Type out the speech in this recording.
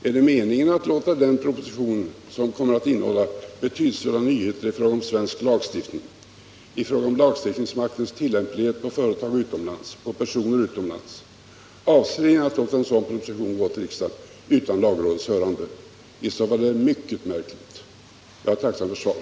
Är det meningen att denna proposition, som kommer att innehålla betydelsefulla nyheter i fråga om svensk lagstiftning, i fråga om lagstiftningsmaktens tillämplighet på företag och personer utomlands, skall överlämnas till riksdagen utan lagrådets hörande? I så fall är det mycket märkligt. Jag är tacksam för svar.